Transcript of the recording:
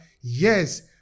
Yes